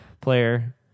player